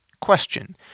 Question